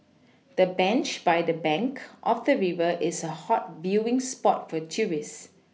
the bench by the bank of the river is a hot viewing spot for tourist